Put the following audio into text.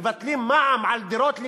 מבטלים מע"מ על דירות לקנייה,